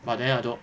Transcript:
but then I don't